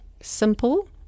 simple